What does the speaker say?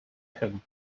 him